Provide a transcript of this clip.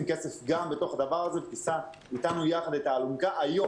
כסף ותישא איתנו יחד את האלונקה היום,